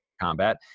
combat